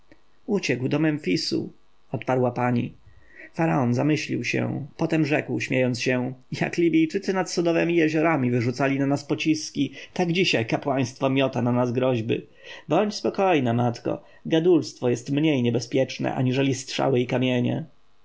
uciekł do memfisu odparła pani faraon zamyślił się potem rzekł śmiejąc się jak libijczycy nad sodowemi jeziorami wyrzucali na nas pociski tak dziś kapłaństwo miota na nas groźby bądź spokojna matko gadulstwo jest mniej niebezpieczne aniżeli strzały i kamienie